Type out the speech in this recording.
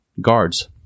guards